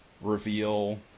reveal